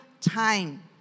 time